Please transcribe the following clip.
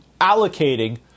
allocating